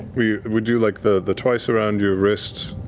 we we do like the the twice around your wrist,